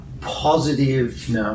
positive